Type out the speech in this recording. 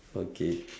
okay